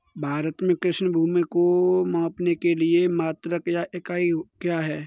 भारत में कृषि भूमि को मापने के लिए मात्रक या इकाई क्या है?